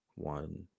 One